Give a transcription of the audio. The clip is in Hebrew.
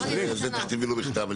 על זה תכתבי לו מכתב.